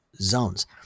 zones